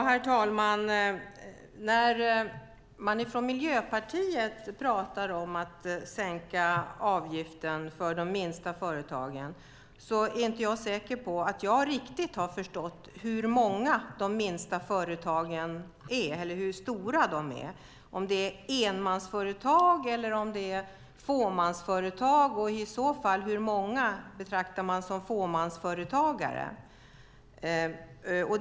Herr talman! När man från Miljöpartiet talar om att sänka avgiften för de minsta företagen är jag inte säker på att jag riktigt har förstått hur många eller hur stora de minsta företagen är. Är det enmansföretag eller fåmansföretag, och hur många betraktar man i så fall som fåmansföretagare?